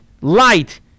light